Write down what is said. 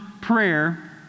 Prayer